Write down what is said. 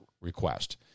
request